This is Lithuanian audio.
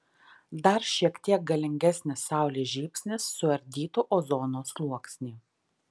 dar šiek tiek galingesnis saulės žybsnis suardytų ozono sluoksnį